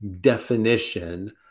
definition